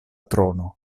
trono